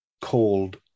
called